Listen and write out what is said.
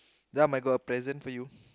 ya I'm got a present for you